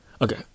okay